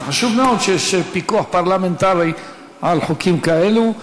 זה חשוב מאוד שיהיה פיקוח פרלמנטרי על חוקים כאלה.